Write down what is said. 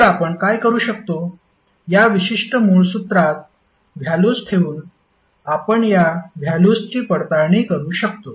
तर आपण काय करू शकतो या विशिष्ट मूळ सूत्रात व्हॅल्युस ठेवून आपण या व्हॅल्युसची पडताळणी करू शकतो